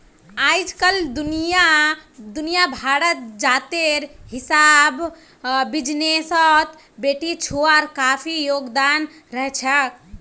अइजकाल दुनिया भरत जातेर हिसाब बिजनेसत बेटिछुआर काफी योगदान रहछेक